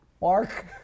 Mark